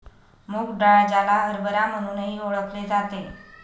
मूग डाळ, ज्याला हरभरा म्हणूनही ओळखले जाते